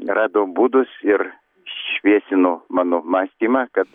rado būdus ir šviesino mano mąstymą kad